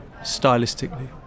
stylistically